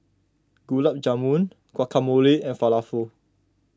Gulab Jamun Guacamole and Falafel